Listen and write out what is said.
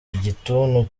igituntu